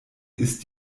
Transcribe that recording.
ist